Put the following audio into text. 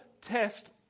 test